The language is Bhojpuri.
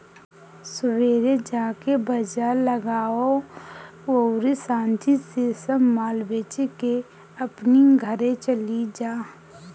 सुबेरे जाके बाजार लगावअ अउरी सांझी से सब माल बेच के अपनी घरे चली जा